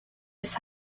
his